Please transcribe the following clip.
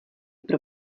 pro